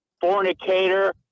fornicator